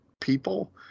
people